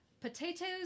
potatoes